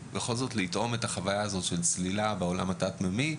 לטעום את החוויה הזאת של צלילה בעולם התת מימי,